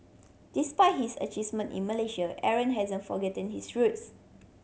despite his achievement in Malaysia Aaron hasn't forgotten his roots